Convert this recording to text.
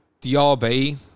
DRB